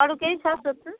अरू केही छ सोध्नु